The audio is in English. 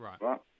Right